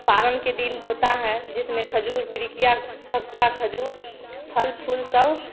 पारन के दिन होता है जिसमें खजूर पिरिकिया ठकुआ खजूर फल फूल सब